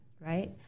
right